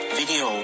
video